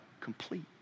complete